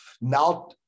Now